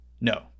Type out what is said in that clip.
No